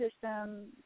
system